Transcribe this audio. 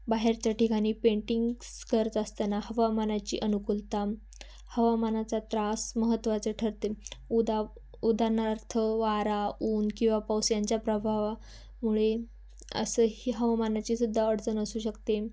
बाहेरच्या ठिकाणी पेंटिंग्स करत असताना हवामानाची अनुकूलता हवामानाचा त्रास महत्त्वाचं ठरते उदा उदाहरणार्थ वारा ऊन किंवा पाऊस यांच्या प्रभावा मुळे असं ही हवामानाची सुद्धा अडचण असू शकते